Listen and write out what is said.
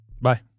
Bye